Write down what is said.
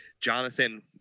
jonathan